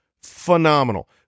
phenomenal